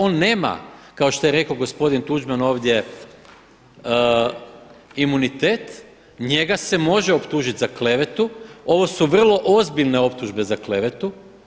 On nema kao što je rekao gospodin Tuđman ovdje imunitet, njega se može optužiti za klevetu, ovo su vrlo ozbiljne optužbe za klevetu.